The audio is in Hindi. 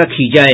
रखी जाये